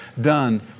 Done